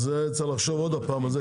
צריך לחשוב על זה שוב,